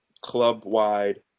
club-wide